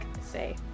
say